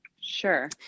Sure